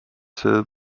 see